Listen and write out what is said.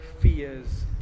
fears